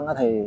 thì